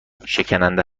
شکننده